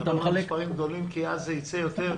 תדבר במספרים גדולים כי אז זה ייצא יותר.